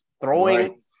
throwing